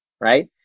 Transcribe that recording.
right